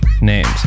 names